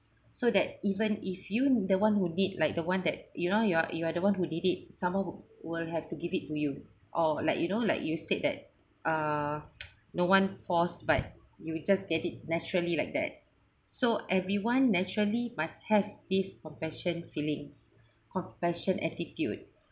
so that even if you neither one who did like the one that you know you are you are the one who did it someone would will have to give it to you or like you know like you said that uh no one forced but you will just get it naturally like that so everyone naturally must have his compassion feelings compassion attitude